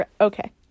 Okay